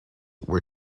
were